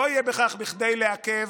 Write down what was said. לא יהיה בכך כדי לעכב,